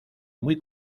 muy